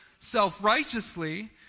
self-righteously